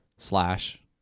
slash